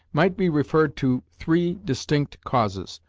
might be referred to three distinct causes.